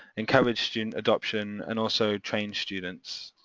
encourage student adoption, and also train students?